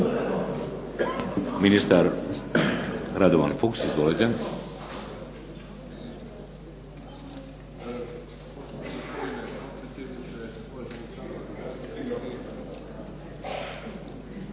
Ministar Radovan Fuchs, izvolite.